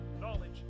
knowledge